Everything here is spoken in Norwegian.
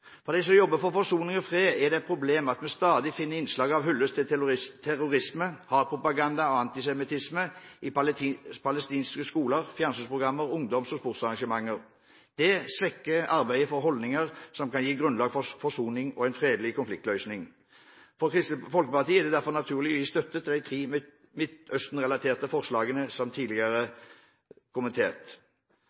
For dem som jobber for forsoning og fred, er det et problem at vi stadig finner innslag av hyllest til terrorisme, hatpropaganda og antisemittisme i palestinske skoler, fjernsynsprogrammer, ungdoms- og sportsarrangementer. Det svekker arbeidet for holdninger som kan gi grunnlag for forsoning og en fredelig konfliktløsning. For Kristelig Folkeparti er det derfor naturlig å gi støtte til de tre midtøstenrelaterte forslagene, som tidligere kommentert.